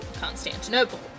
Constantinople